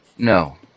No